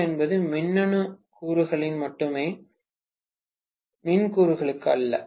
ஓ என்பது மின்னணு கூறுகளுக்கு மட்டுமே மின் கூறுகளுக்கு அல்ல